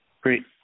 Great